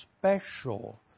special